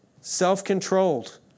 self-controlled